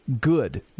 good